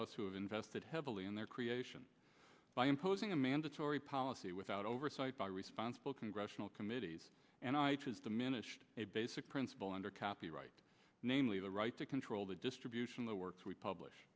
us who have invested heavily in their creation by imposing a mandatory policy without oversight by responsible congressional committees and i choose diminished a basic principle under copyright namely the right to control the distribution the works we publi